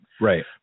Right